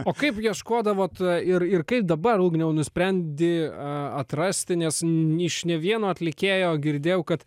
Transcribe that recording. o kaip ieškodavot ir ir kaip dabar ugniau nusprendi atrasti nes iš ne vieno atlikėjo girdėjau kad